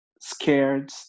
scared